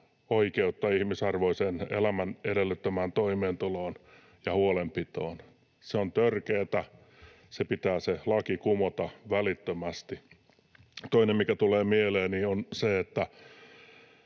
oikeutta ihmisarvoisen elämän edellyttämään toimeentuloon ja huolenpitoon. Se on törkeätä. Se laki pitää kumota välittömästi. Toinen, mikä tulee mieleeni, on se, miten